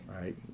Right